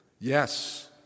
Yes